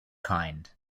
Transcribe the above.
kind